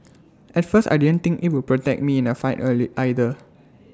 at first I didn't think IT would protect me in A fight early either